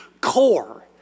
core